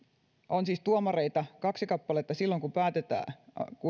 on siis tuomareita kaksi kappaletta silloin kun päätetään